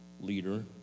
leader